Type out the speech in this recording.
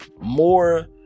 more